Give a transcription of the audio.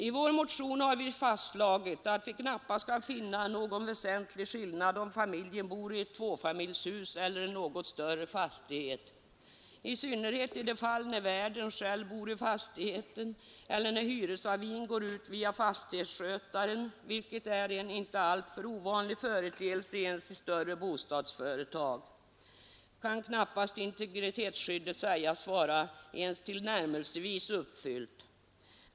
I vår motion har vi sagt att vi knappast kan finna någon väsentlig skillnad, om familjen bor i ett tvåfamiljshus eller i en något större fastighet. I synnerhet när värden själv bor i fastigheten eller när hyresavin går ut via fastighetsskötaren, vilket är en inte alltför ovanlig företeelse ens i större bostadsföretag, kan integritetsskyddet knappast sägas vara ens tillnärmelsevis uppfyllt.